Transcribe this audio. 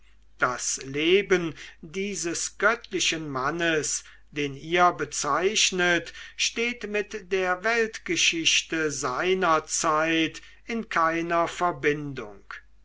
das leben dieses göttlichen mannes den ihr bezeichnet steht mit der weltgeschichte seiner zeit in keiner verbindung